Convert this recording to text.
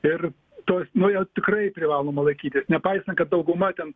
ir tos nu jų tikrai privaloma laikytis nepaisant kad dauguma ten